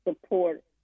support